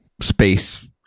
space